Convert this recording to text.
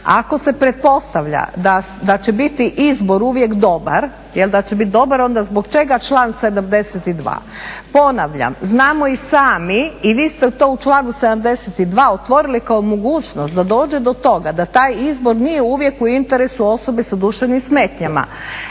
Ako se pretpostavlja da će biti izbor uvijek dobar, da će bit dobar onda zbog čega član 72. Ponavljam, znamo i sami i vi ste to u članu 72. otvorili kao mogućnost da dođe do toga da taj izbor nije uvijek u interesu osobe sa duševnim smetnjama.